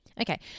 Okay